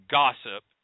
gossip